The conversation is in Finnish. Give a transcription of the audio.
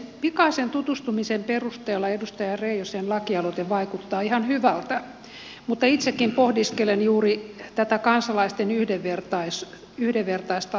pikaisen tutustumisen perusteella edustaja reijosen lakialoite vaikuttaa ihan hyvältä mutta itsekin pohdiskelen juuri tätä kansalaisten yhdenvertaista asemaa